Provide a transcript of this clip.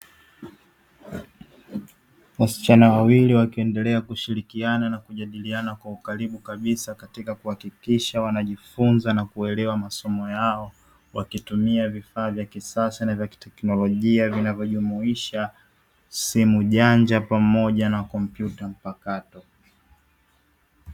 Wasichana wawili wakiendelea kushirikiana na kujadiliana kwa ukaribu kabisa katika kuhakikisha wanajifunza na kuelewa masomo yao, wakitumia vifaa vya kisasa na vya kiteknolojia vinavyojumuisha simu janja pamoja na kompyuta mpakato.